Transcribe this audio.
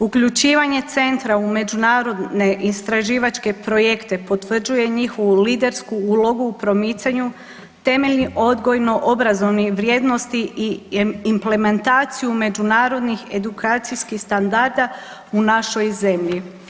Uključivanje centra u međunarodne istraživačke projekte potvrđuje njihovu lidersku ulogu u promicanju temeljnih odgojno-obrazovnih vrijednosti i implementaciju međunarodnih edukacijskih standarda u našoj zemlji.